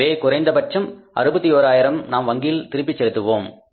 எனவே குறைந்தபட்சம் 61 ஆயிரம் நாம் வங்கியில் திருப்பி செலுத்துவோம்